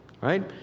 right